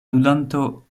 ludanto